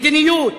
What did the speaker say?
מדיניות,